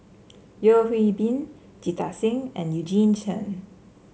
Yeo Hwee Bin Jita Singh and Eugene Chen